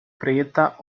preta